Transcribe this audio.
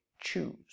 choose